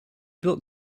built